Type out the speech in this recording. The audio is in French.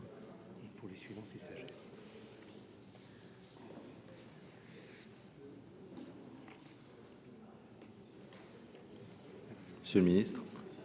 monsieur le ministre